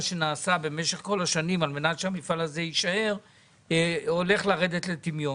שנעשה במשך כל השנים על מנת שהמפעל הזה יישאר ירד לטמיון.